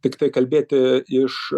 tiktai kalbėti iš